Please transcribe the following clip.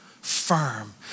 firm